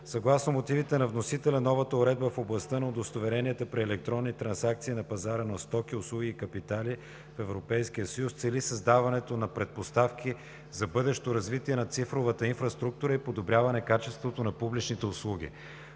Съгласно мотивите на вносителя новата уредба в областта на удостоверенията при електронни трансакции на пазара на стоки, услуги и капитали в ЕС цели създаването на предпоставки за бъдещо развитие на цифровата инфраструктура и подобряване качеството на публичните услуги.